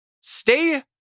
Stay